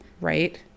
Right